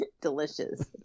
Delicious